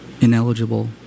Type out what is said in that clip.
ineligible